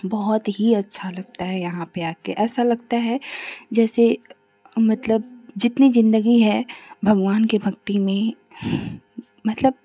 बहुत ही अच्छा लगता है यहाँ पर आकर ऐसा लगता है जैसे मतलब जितनी ज़िन्दगी है भगवान की भक्ति में मतलब